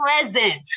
present